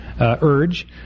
urge